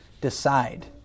decide